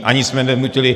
Ani jsme nenutili.